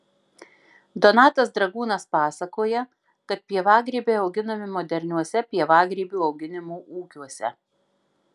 donatas dragūnas pasakoja kad pievagrybiai auginami moderniuose pievagrybių auginimo ūkiuose